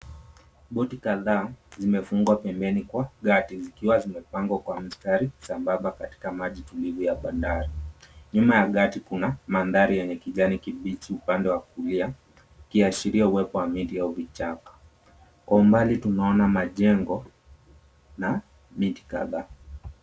Boti kadhaa, zimefungwa pembeni kwa gati zikiwa zimepangwa kwa mstari sambamba katika maji tulivu ya bandari. Nyuma ya gati kuna maandari yenye kijani kibichi upande wa kulia. Ukiashiria uwepo wa miti au vichaka. Kwa umbali tunaona majengo na miti kadhaa.